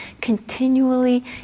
continually